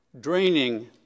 draining